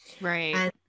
right